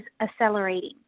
accelerating